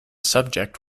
subject